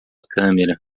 câmera